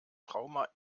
trauma